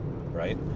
right